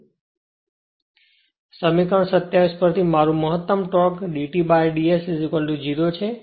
તેથી સમીકરણ 27 પરથી મારું મહત્તમ ટોર્ક d Td S 0 છે